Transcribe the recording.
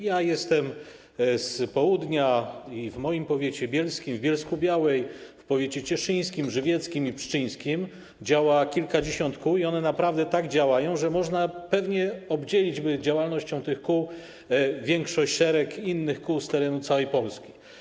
Jestem z południa i w moim powiecie, powiecie bielskim, w Bielsku-Białej, w powiatach cieszyńskim, żywieckim i pszczyńskim działa kilkadziesiąt kół i one naprawdę tak działają, że można by pewnie obdzielić działalnością tych kół szereg innych kół z terenu całej Polski.